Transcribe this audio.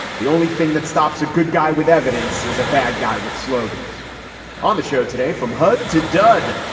the only thing that stops a good guy with evidence is a bad guy with slogans on the show today from hood to dud.